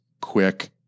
quick